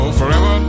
forever